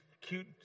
cute